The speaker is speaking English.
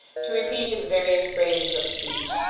to repeat his various phrases of speech,